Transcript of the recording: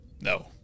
No